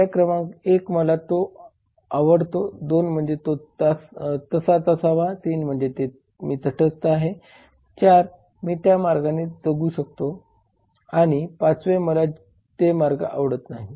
पर्याय क्रमांक एक मला तो आवडतो 2 म्हणजे तो तसाच असावा 3 म्हणजे मी तटस्थ आहे 4 मी त्या मार्गाने जगू शकतो आणि पाचवा मला ते मार्गआवडत नाही